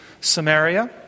Samaria